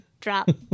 drop